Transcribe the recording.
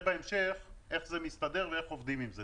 בהמשך איך זה מסתדר ואיך עובדים עם זה.